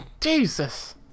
Jesus